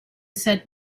said